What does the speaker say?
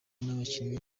n’abakinnyi